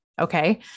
Okay